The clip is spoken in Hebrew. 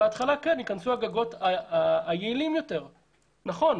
בהתחלה ייכנסו הגגות היעילים יותר, נכון.